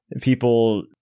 people